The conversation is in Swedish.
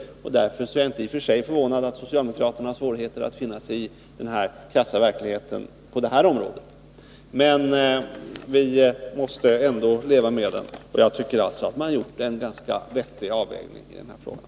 Därför är jag i och för sig inte förvånad över att socialdemokraterna har svårt att finna sig i neddragningen på detta område till följd av den krassa ekonomiska verkligheten. Men vi måste ändå leva med den, och jag tycker att den avvägning som har gjorts är ganska vettig.